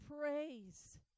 praise